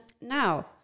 now